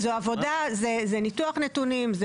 כי זו עבודה זה ניתוח נתונים,